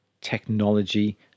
technology